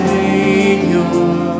Savior